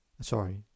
Sorry